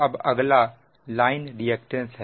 अब अगला line reactance है